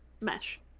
mesh